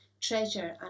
treasure